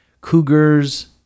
cougars